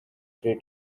three